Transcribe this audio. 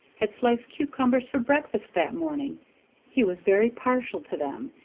had sliced cucumbers for breakfast that morning he was very partial to them,